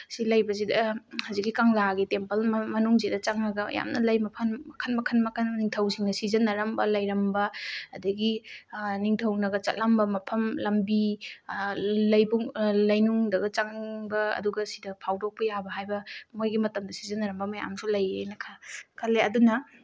ꯁꯤ ꯂꯩꯕꯁꯤꯗ ꯍꯧꯖꯤꯛꯀꯤ ꯀꯪꯂꯥꯒꯤ ꯇꯦꯝꯄꯜ ꯃꯅꯨꯡꯁꯤꯗ ꯆꯪꯉꯒ ꯌꯥꯝꯅ ꯂꯩ ꯃꯐꯝ ꯃꯈꯟ ꯃꯈꯟ ꯃꯈꯟ ꯅꯤꯡꯊꯧꯁꯤꯡꯅ ꯁꯤꯖꯤꯟꯅꯔꯝꯕ ꯂꯩꯔꯝꯕ ꯑꯗꯒꯤ ꯅꯤꯡꯊꯧꯅꯒ ꯆꯠꯂꯝꯕ ꯃꯐꯝ ꯂꯝꯕꯤ ꯂꯩꯅꯨꯡꯗꯒ ꯆꯪꯕ ꯑꯗꯨꯒ ꯁꯤꯗ ꯐꯥꯎꯗꯣꯛꯄ ꯌꯥꯕ ꯍꯥꯏꯕ ꯃꯣꯏꯒꯤ ꯃꯇꯝꯗ ꯁꯤꯖꯤꯟꯅꯔꯝꯕ ꯃꯌꯥꯝꯁꯨ ꯂꯩꯌꯦꯅ ꯈꯜꯂꯦ ꯑꯗꯨꯅ